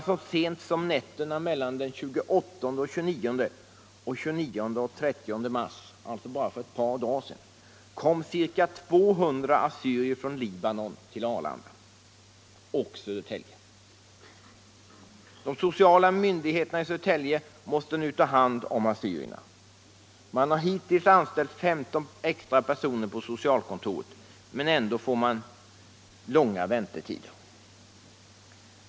Så sent som nätterna mellan den 28 och 29 och den 29 och 30 mars kom ca 200 assyrier från Libanon till Arlanda och Södertälje. De sociala myndigheterna i Södertälje måste nu ta hand om assyrierna. Man har hittills anställt 15 extra personer på socialkontoret och ändå blir det långa väntetider.